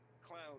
clown